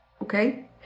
okay